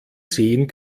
sehen